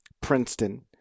Princeton